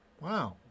Wow